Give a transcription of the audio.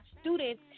students